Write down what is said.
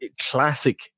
classic